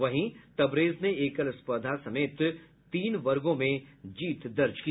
वहीं तबरेज ने एकल स्पर्धा समेत तीन वर्गो में जीत दर्ज की